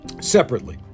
Separately